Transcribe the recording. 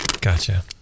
Gotcha